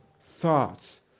thoughts